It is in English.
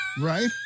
Right